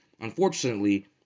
Unfortunately